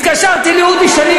התקשרתי לאודי שני,